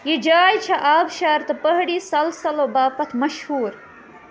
یہِ جاے چھےٚ آبشار تہٕ پہٲڑی سَلسَلو باپتھ مشہوٗر